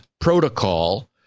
protocol